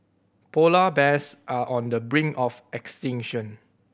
polar bears are on the brink of extinction